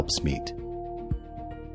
Helpsmeet